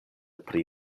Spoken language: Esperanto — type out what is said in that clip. pri